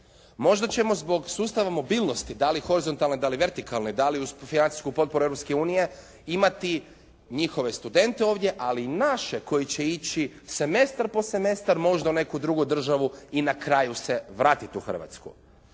Možda ćemo zbog sustav mobilnosti da li horizontalne, da li vertikalne, da li uz financijsku potporu Europske unije imati njihove studente ovdje, ali i naše koji će ići semestar po semestar možda u neku drugu državu i na kraju se vratiti u Hrvatsku.